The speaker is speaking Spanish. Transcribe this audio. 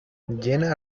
jenna